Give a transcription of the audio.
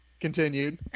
continued